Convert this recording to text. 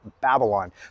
Babylon